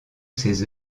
ses